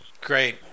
Great